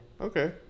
Okay